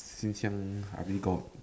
since young I already got